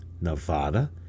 Nevada